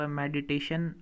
meditation